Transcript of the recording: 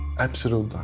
absolute